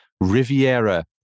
Riviera